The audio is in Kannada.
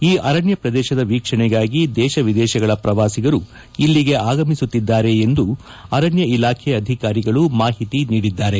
ಈ ಅರಣ್ಯ ಶ್ರದೇಶದ ವೀಕ್ಷಣೆಗಾಗಿ ದೇಶ ವಿದೇಶಗಳ ಪ್ರವಾಸಿಗರು ಇಲ್ಲಿಗೆ ಆಗಮಿಸುತ್ತಿದ್ದಾರೆ ಎಂದು ಅರಣ್ಯ ಇಲಾಖೆ ಅಧಿಕಾರಿಗಳು ಮಾಹಿತಿ ನೀಡಿದ್ದಾರೆ